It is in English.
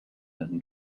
and